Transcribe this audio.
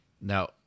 Now